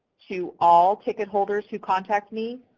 to all ticketholders who contact me?